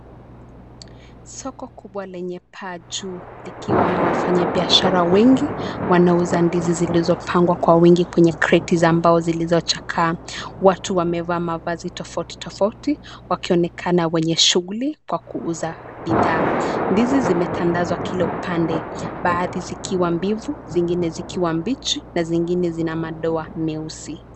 Soko kubwa lenye paa juu likiwa na wafanyabiashara wengi wanaouza ndizi zilizopangwa kwa wingi kwenye kreti za mbao zilizochakaa. Watu wamevaa mavazi tofauti tofauti wakionekana wenye shughuli kwa kuuza bidhaa. Ndizi zimetandazwa kila upande, baadhi zikiwa mbivu zingine zikiwa mbichi na zingine zina madoa meusi.